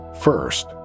First